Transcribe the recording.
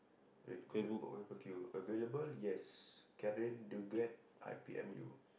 wait available yes Karen Duget I P M U